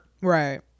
right